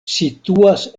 situas